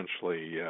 essentially